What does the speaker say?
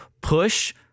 push